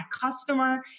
customer